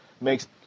makes